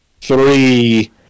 three